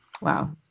Wow